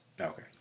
Okay